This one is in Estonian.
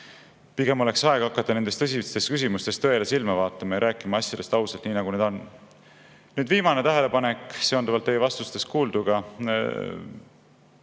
Pigem oleks aeg hakata nendes tõsistes küsimustes tõele silma vaatama ja rääkima asjadest ausalt, nii nagu need on. Nüüd, viimane tähelepanek seonduvalt teie vastustes kuulduga